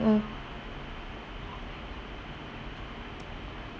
mm